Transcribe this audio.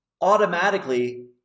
automatically